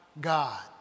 God